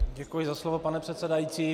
Děkuji za slovo, pane předsedající.